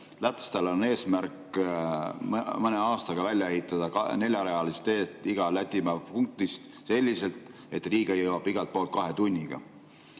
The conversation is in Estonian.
Lätlastel on eesmärk mõne aastaga välja ehitada neljarealised teed igast Lätimaa punktist selliselt, et Riiga jõuab igalt poolt kahe tunniga.